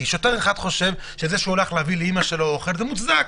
כי שוטר אחד חושב שזה שהוא הלך להביא לאימא שלו אוכל זה מוצדק,